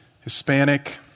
Hispanic